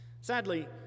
Sadly